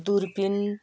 Durpin